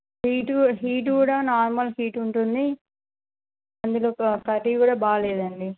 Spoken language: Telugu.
హీటు హీటు కూడా నార్మల్ హీటు ఉంటుంది అందులో కర్రీ కూడా బాగలేదండి